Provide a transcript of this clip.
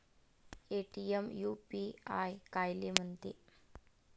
Paytm UPI कायले म्हनते?